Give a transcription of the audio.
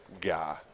guy